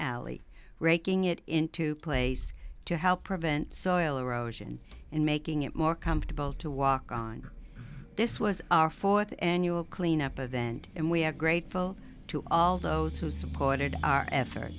alley raking it into place to help prevent soil erosion and making it more comfortable to walk on this was our fourth annual cleanup a vent and we have grateful to all those who supported our effort